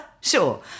Sure